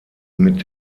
mit